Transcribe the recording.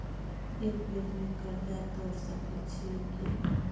एक बेर में कर्जा तोर सके छियै की?